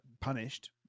punished